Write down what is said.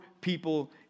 people